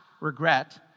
regret